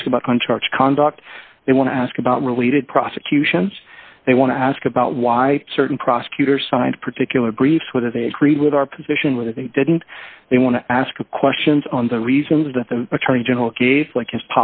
ask about contracts conduct they want to ask about related prosecutions they want to ask about why certain prosecutors signed particular briefs whether they agreed with our position whether they didn't they want to ask questions on the reasons that the attorney general gave like his